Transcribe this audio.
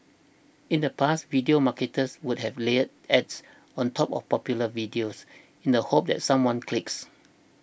in the past video marketers would have layered ads on top of popular videos in the hope that someone clicks